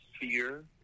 fear